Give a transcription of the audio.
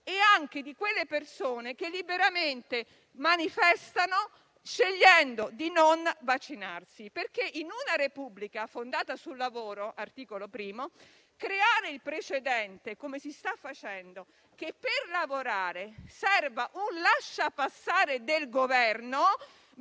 anche di quelle persone che liberamente manifestano scegliendo di non vaccinarsi. Infatti, in una Repubblica fondata sul lavoro (articolo 1), creare il precedente, come si sta facendo, che per lavorare serva un lasciapassare del Governo